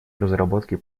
разработке